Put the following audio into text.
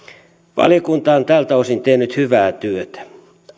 valiokunta on tältä osin tehnyt hyvää työtä